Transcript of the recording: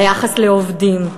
על היחס לעובדים,